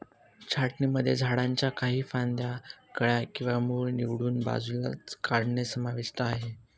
छाटणीमध्ये झाडांच्या काही फांद्या, कळ्या किंवा मूळ निवडून बाजूला काढणे समाविष्ट आहे